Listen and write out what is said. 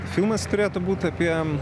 filmas turėtų būt apie